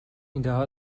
ایدهها